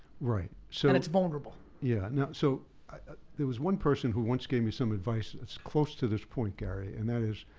right, so and it's vulnerable. yeah so there was one person who once gave me some advice, that's close to this point, gary, and that is,